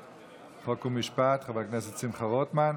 חוק ומשפט חבר הכנסת שמחה רוטמן.